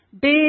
Big